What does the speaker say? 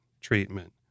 treatment